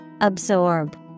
Absorb